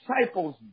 disciples